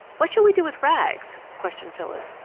what shall we do with rags? questioned phyllis.